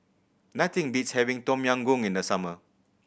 nothing beats having Tom Yam Goong in the summer